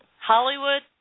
Hollywood